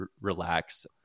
relax